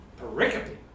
Pericope